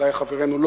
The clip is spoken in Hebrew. ודאי חברינו,